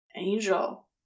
Angel